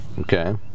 Okay